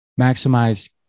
maximize